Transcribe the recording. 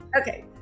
Okay